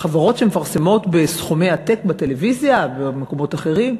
חברות שמפרסמות בסכומי עתק בטלוויזיה ובמקומות אחרים,